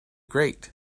grate